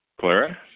clara